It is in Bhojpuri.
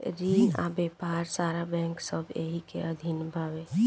रिन आ व्यापार सारा बैंक सब एही के अधीन बावे